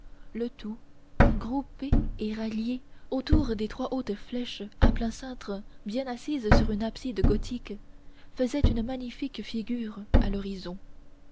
le tout groupé et rallié autour des trois hautes flèches à plein cintre bien assises sur une abside gothique faisaient une magnifique figure à l'horizon